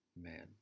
man